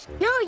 No